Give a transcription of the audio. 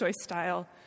style